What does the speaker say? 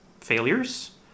failures